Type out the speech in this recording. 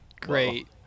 Great